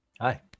Hi